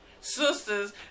Sisters